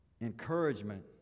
encouragement